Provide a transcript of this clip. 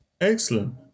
Excellent